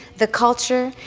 the culture,